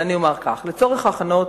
לצורך ההכנות